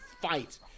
fight